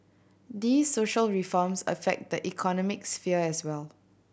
these social reforms affect the economic sphere as well